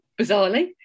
bizarrely